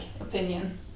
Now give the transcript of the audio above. opinion